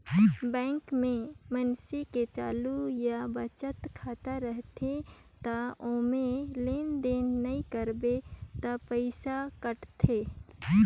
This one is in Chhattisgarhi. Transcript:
बैंक में मइनसे के चालू या बचत खाता रथे त ओम्हे लेन देन नइ करबे त पइसा कटथे